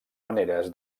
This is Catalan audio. maneres